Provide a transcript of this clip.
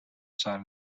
side